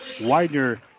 Widener